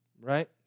right